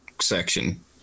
section